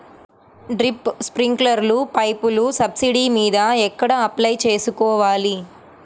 Drip, స్ప్రింకర్లు పైపులు subsidy మీద ఎక్కడ అప్లై చేసుకోవాలి?